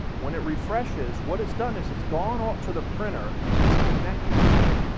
when it refreshes, what it's done is, it's gone on to the printer, and it's connected to it.